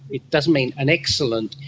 it doesn't mean an excellent,